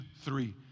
three